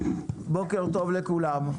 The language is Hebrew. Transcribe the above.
בוקר טוב לכולם.